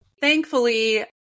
thankfully